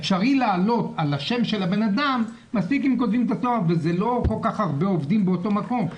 אפשרי לעלות על השם של הבן אדם מה גם שלא כל כך הרבה עובדים באותו מקום.